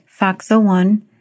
FOXO1